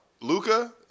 Luca